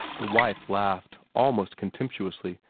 the wife laughed, almost contemptuously.